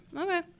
Okay